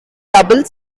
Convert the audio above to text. double